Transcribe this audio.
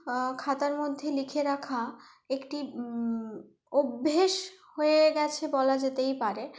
খাতার মধ্যে লিখে রাখা একটি অভ্যেস হয়ে গেছে বলা যেতেই পারে